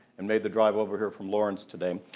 and made the drive over here from lawrence, today.